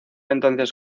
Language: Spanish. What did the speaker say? entonces